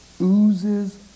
oozes